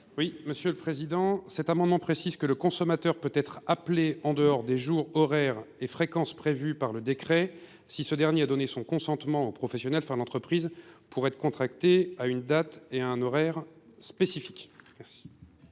Oui monsieur le Président, cet amendement précise que le consommateur peut être appelé en dehors des jours horaires et fréquences prévues par le décret si ce dernier a donné son consentement au professionnel faire l'entreprise pour être contracté à une date et à un horaire spécifiques.